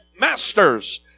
masters